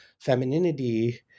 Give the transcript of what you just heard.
femininity